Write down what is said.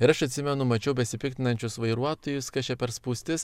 ir aš atsimenu mačiau besipiktinančius vairuotojus kas čia per spūstis